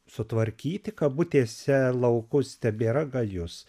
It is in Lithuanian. sutvarkyti kabutėse laukus tebėra gajus